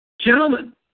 Gentlemen